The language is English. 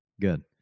good